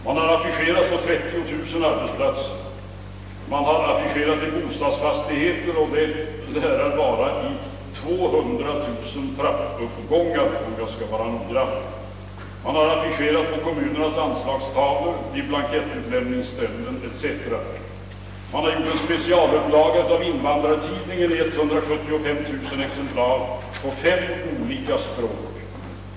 Man har affischerat på 30000 arbetsplatser, i bostadsfastigheter — det lär vara i 200 000 trappuppgångar — på kommunernas anslagstavlor, vid blankettutlämningsställen etc. Vidare har man utgivit en specialupplaga av Invandrartidningen i 175 000 exemplar på fem olika språk.